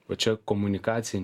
o čia komunikacija